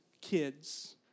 kids